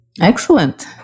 Excellent